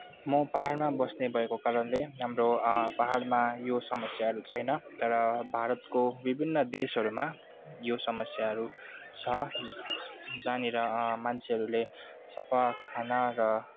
म पाहाडमा बस्नेभएको कारणले हाम्रो पाहाडमा यो समस्याहरू छैन तर भारतको विभिन्न देशहरूमा यो समस्याहरू छ जानिर मान्छेहरूले सफा खाना र